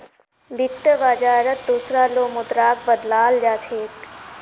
वित्त बाजारत दुसरा लो मुद्राक बदलाल जा छेक